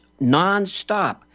nonstop